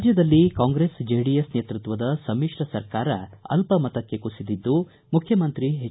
ರಾಜ್ಯದಲ್ಲಿ ಕಾಂಗ್ರೆಸ್ ಜೆಡಿಎಸ್ ನೇತೃತ್ವದ ಸಮಿತ್ರ ಸರ್ಕಾರ ಅಲ್ಪ ಮತಕ್ಕೆ ಕುಸಿದಿದ್ದು ಮುಖ್ಯಮಂತ್ರಿ ಎಚ್